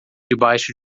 debaixo